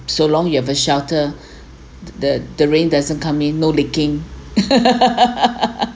so long you have a shelter the the rain doesn't come in no leaking